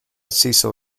cecil